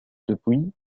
depuis